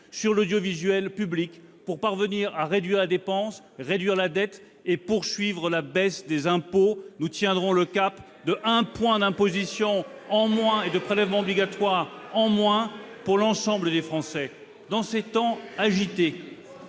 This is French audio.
l'audiovisuel public, pour parvenir à réduire la dépense, diminuer la dette et poursuivre la baisse des impôts. Nous tiendrons le cap de un point d'imposition en moins et de prélèvements obligatoires en moins pour l'ensemble des Français. Dans ces temps agités,